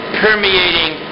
permeating